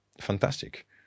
fantastic